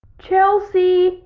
chelsea,